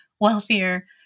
wealthier